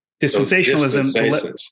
dispensationalism